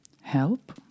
help